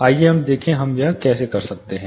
आइए हम देखें कि हम यह कैसे करते हैं